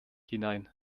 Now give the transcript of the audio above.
hinein